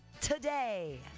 today